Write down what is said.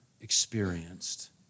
experienced